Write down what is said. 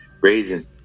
Raisin